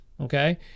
okay